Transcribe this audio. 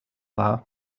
dda